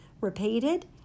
repeated